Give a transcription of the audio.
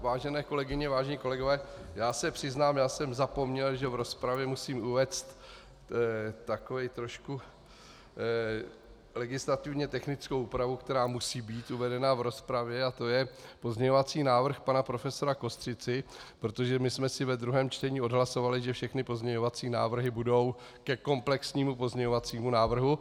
Vážené kolegyně, vážení kolegové, já se přiznám, já jsem zapomněl, že v rozpravě musím uvést legislativně technickou úpravu, která musí být uvedena v rozpravě, a to je pozměňovací návrh pana profesora Kostřici, protože my jsme si ve druhém čtení odhlasovali, že všechny pozměňovací návrhy budou ke komplexnímu pozměňovacímu návrhu.